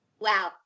Wow